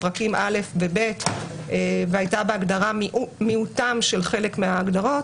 לפרקים א' ו-ב' והיה בהגדרה מיעוט חלק מההגדרות.